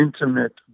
intimate